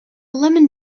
lemon